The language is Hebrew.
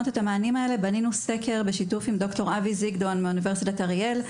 בנינו סקר בשיתוף עם ד"ר אבי זיגבויים מאוניברסיטת אריאל,